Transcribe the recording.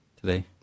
today